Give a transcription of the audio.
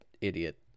idiot